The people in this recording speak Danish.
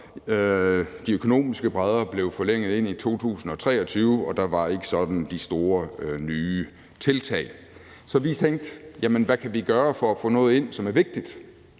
de økonomiske brædder blev forlænget ind i 2023, og der var ikke sådan de store nye tiltag. Så vi tænkte: Hvad kan vi gøre for at få noget ind, som er vigtigt?